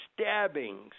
stabbings